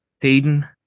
hayden